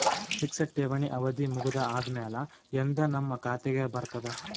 Fixed ಠೇವಣಿ ಅವಧಿ ಮುಗದ ಆದಮೇಲೆ ಎಂದ ನಮ್ಮ ಖಾತೆಗೆ ಬರತದ?